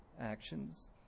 actions